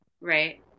Right